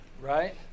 right